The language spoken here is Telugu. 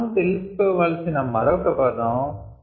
మనము తెలిసికోవాల్సిన మరొక పదం ఉంది